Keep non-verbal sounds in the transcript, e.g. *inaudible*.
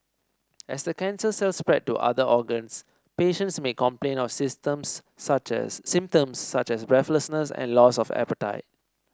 as the cancer cells spread to other organs patients may complain of symptoms such as *unintelligible* such as breathlessness and loss of appetite